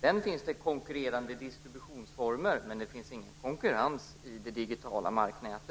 Sedan finns det konkurrerande distributionsformer, men det finns inte konkurrens i det digitala marknätet.